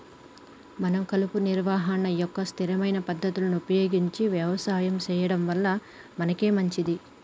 మనం కలుపు నిర్వహణ యొక్క స్థిరమైన పద్ధతులు ఉపయోగించి యవసాయం సెయ్యడం వల్ల మనకే మంచింది